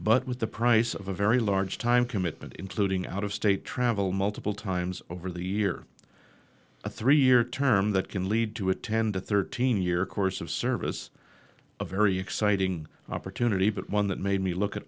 but with the price of a very large time commitment including out of state travel multiple times over the year a three year term that can lead to a ten to thirteen year course of service a very exciting opportunity but one that made me look at